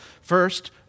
first